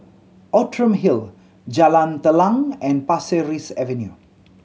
Outram Hill Jalan Telang and Pasir Ris Avenue